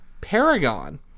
Paragon